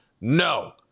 No